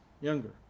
younger